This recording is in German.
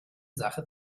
sache